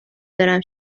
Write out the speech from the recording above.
دارم